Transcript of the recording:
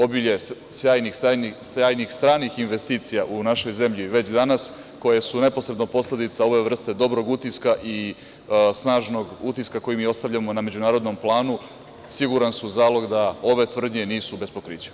Obilje sjajnih stranih investicija u našoj zemlji već danas koje su neposredno posledica ove vrste dobrog utiska i snažnog utiska koji mi ostavljamo na međunarodnom planu siguran su zalog da ove tvrdnje nisu bez pokrića.